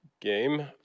game